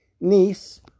niece